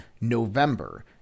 November